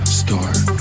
start